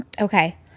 Okay